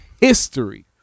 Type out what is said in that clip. history